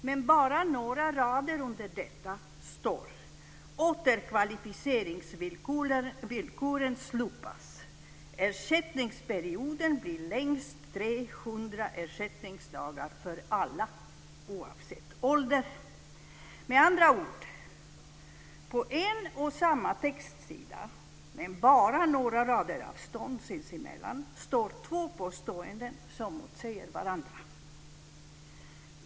Men bara några rader under detta står det att Med andra ord: På en och samma textsida, med bara några raders avstånd sinsemellan, står två påståenden som motsäger varandra.